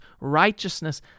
righteousness